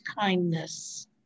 kindness